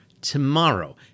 tomorrow